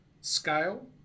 scale